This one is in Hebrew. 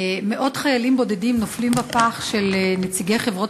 מאות חיילים בודדים נופלים בפח של נציגי חברות